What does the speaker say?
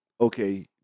okay